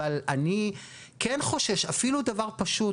אבל אני כן חושש אפילו מדבר פשוט,